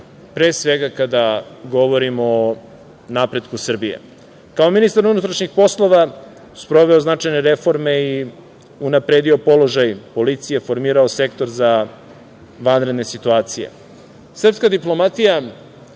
pre svega kada govorimo o napretku Srbije. Kao ministar unutrašnjih poslova, sproveo je značajne reforme i unapredio položaj policije, formirao Sektor za vanredne situacije. Srpska diplomatija